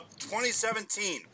2017